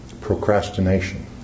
Procrastination